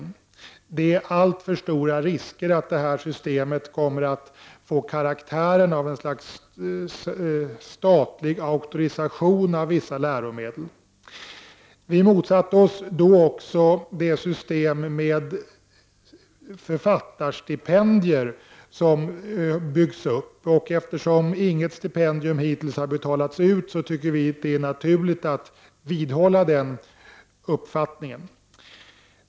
Risken är nämligen alltför stor att det här systemet får karaktär av statlig auktorisation när det gäller vissa läromedel. Vi motsatte oss också det system beträffande författarstipendier som har byggts upp. Inte ett enda stipendium har hittills utdelats, och därför tycker vi att det är naturligt att stå fast vid vår tidigare detaljerade inställning.